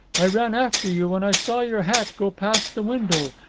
i ran after you when i saw your hat go past the window,